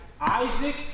Isaac